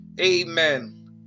Amen